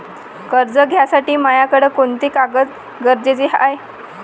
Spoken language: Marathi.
कर्ज घ्यासाठी मायाकडं कोंते कागद गरजेचे हाय?